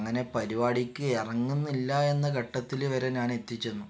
അങ്ങനെ പരിപാടിക്ക് ഇറങ്ങുന്നില്ല എന്ന ഘട്ടത്തിൽ വരെ ഞാൻ എത്തി ചെന്നു